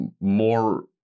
more